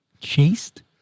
Chased